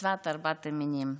מצוות ארבעת המינים.